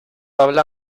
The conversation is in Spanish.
habla